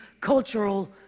cultural